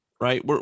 right